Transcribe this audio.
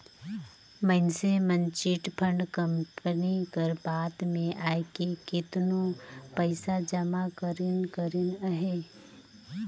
मइनसे मन chit fund company कर बात में आएके केतनो पइसा जमा करिन करिन अहें